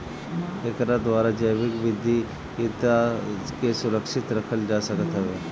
एकरा द्वारा जैविक विविधता के सुरक्षित रखल जा सकत हवे